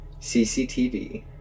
CCTV